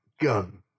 Gun